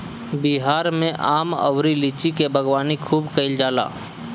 बिहार में आम अउरी लीची के बागवानी खूब कईल जाला